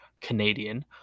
Canadian